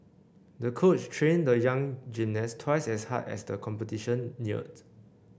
the coach trained the young gymnast twice as hard as the competition neared